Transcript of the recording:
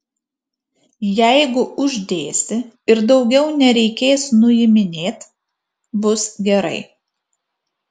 jeigu uždėsi ir daugiau nereikės nuiminėt bus gerai